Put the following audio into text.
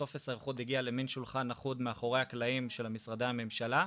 הטופס האחוד הגיע למן שולחן אחוד מאחורי הקלעים של משרדי הממשלה,